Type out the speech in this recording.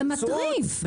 זה מטריף.